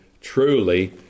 truly